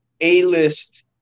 A-list